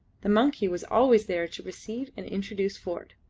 the monkey was always there to receive and introduce ford.